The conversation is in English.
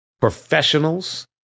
professionals